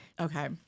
Okay